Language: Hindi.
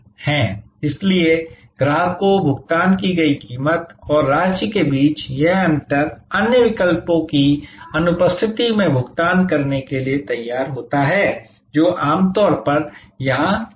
इसलिए कि ग्राहक को भुगतान की गई कीमत और राशि के बीच यह अंतर अन्य विकल्पों की अनुपस्थिति में भुगतान करने के लिए तैयार होता है जो आमतौर पर यहां होता है